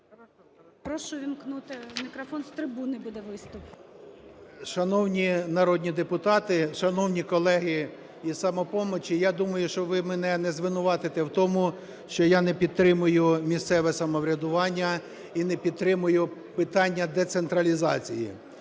Прошу увімкнути мікрофон, з трибуни буде виступ. 13:41:54 ФЕДОРУК М.Т. Шановні народні депутати, шановні колеги із "Самопомочі". Я думаю, що ви мене не звинуватите в тому, що я не підтримую місцеве самоврядування і не підтримую питання децентралізації.